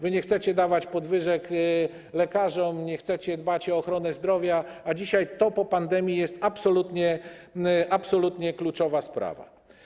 Wy nie chcecie dawać podwyżek lekarzom, nie chcecie dbać o ochronę zdrowia, a dzisiaj, w okresie pandemii, jest to absolutnie kluczowa sprawa.